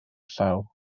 llaw